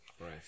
Right